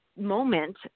moment